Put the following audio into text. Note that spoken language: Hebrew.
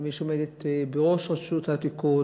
ומי שעומדת בראש רשות העתיקות,